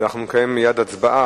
אנחנו נקיים מייד הצבעה.